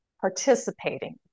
participating